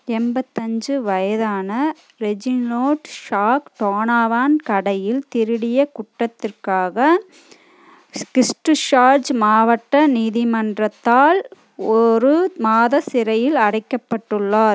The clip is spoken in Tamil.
எண்பத்தஞ்சு வயதான ரெஜினோட் ஷாக் டோனாவான் கடையில் திருடிய குற்றத்திற்காக ஸ்கிறிஸ்ட் சார்ஜ் மாவட்ட நீதிமன்றத்தால் ஒரு மாதம் சிறையில் அடைக்கப்பட்டுள்ளார்